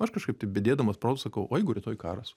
aš kažkaip taip bedėdamas produktus sakau o jeigu rytoj karas